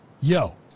Yo